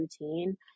routine